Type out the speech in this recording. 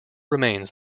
remains